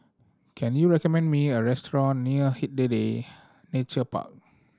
can you recommend me a restaurant near Hindhede Nature Park